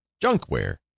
Junkware